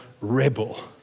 rebel